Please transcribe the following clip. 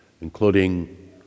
including